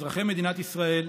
אזרחי מדינת ישראל,